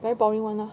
very boring one lah